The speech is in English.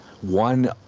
One